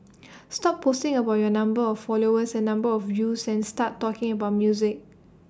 stop posting about your number of followers and number of views and start talking about music